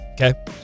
okay